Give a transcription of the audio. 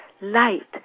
light